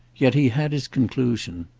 yet he had his conclusion.